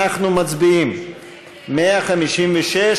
אנחנו מצביעים על 156,